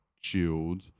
chilled